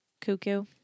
cuckoo